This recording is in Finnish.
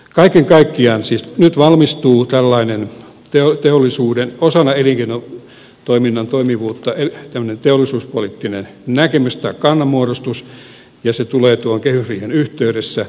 kaiken kaikkiaan nyt valmistuu osana elinkeinotoiminnan toimivuutta tällainen teollisuuspoliittinen näkemys tai kannanmuodostus ja se tulee tuon kehysriihen yhteydessä